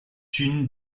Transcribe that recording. une